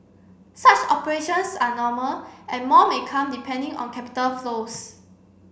such operations are normal and more may come depending on capital flows